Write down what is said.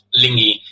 Lingy